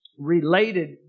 related